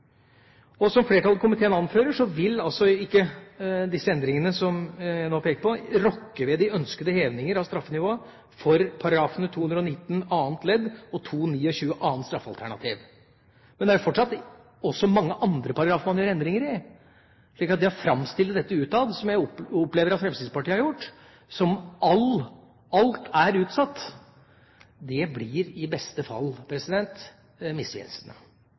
ønsker. Som flertallet i komiteen anfører, vil ikke de endringene som jeg nå peker på, rokke ved de ønskede hevinger av straffenivået for §§ 219 annet ledd og 229 annet straffalternativ. Men det er fortsatt også mange andre paragrafer man gjør endringer i, slik at det å framstille dette utad, som jeg opplever at Fremskrittspartiet har gjort, som om alt er utsatt, det blir i beste fall